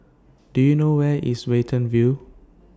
Do YOU know Where IS Watten View